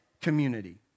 community